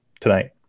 tonight